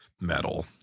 metal